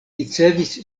ricevis